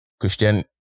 Christian